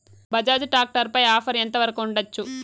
Bajaj tractor పై offer ఎంత వరకు ఉండచ్చు?